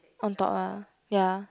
on top ah ya